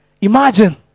Imagine